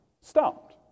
stumped